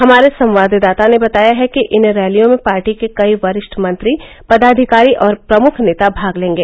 हमारे संवाददाता ने बताया है कि इन रैलियों में पार्टी के कई वरिष्ठ मंत्री पदाधिकारी और प्रमुख नेता भाग लेंगे